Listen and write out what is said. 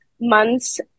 months